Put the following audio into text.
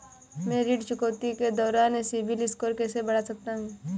मैं ऋण चुकौती के दौरान सिबिल स्कोर कैसे बढ़ा सकता हूं?